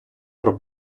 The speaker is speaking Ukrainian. про